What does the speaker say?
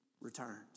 returns